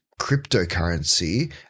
cryptocurrency